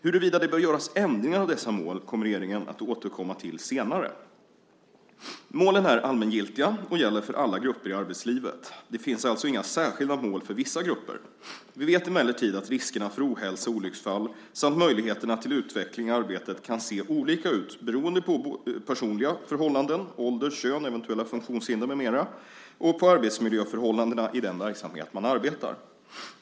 Huruvida det bör göras ändringar av dessa mål kommer regeringen att återkomma till senare. Målen är allmängiltiga och gäller för alla grupper i arbetslivet. Det finns alltså inga särskilda mål för vissa grupper. Vi vet emellertid att riskerna för ohälsa och olycksfall samt möjligheterna till utveckling i arbetet kan se olika ut, beroende både på personliga förhållanden - ålder, kön, eventuella funktionshinder med mera - och på arbetsmiljöförhållandena i den verksamhet där man arbetar.